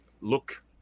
look